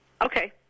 Okay